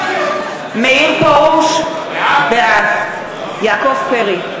אינו נוכח מאיר פרוש, בעד יעקב פרי,